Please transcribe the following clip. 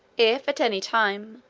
if at any time,